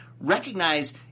recognize